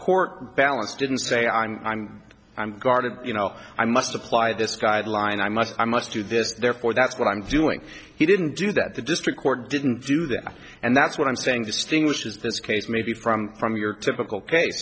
court balance didn't say i'm i'm i'm guarded you know i must apply this guideline i must i must do this therefore that's what i'm doing he didn't do that the district court didn't do that and that's what i'm saying distinguishes this case maybe from from your typical case